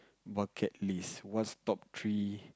bucket list what's top three